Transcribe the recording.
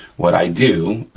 what i do,